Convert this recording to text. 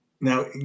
Now